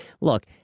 Look